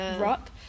rock